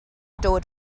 dod